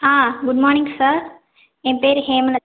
ஆ good morning sir என் பேர் ஹேமலத்